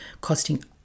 costing